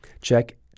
check